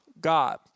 God